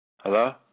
Hello